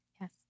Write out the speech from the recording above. Yes